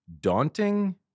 daunting